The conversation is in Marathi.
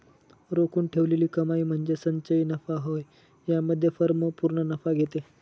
राखून ठेवलेली कमाई म्हणजे संचयी नफा होय यामध्ये फर्म पूर्ण नफा घेते